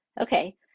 Okay